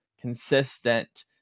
consistent